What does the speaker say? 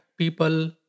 People